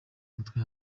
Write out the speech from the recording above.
umutwe